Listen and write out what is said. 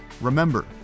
remember